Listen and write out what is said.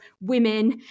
women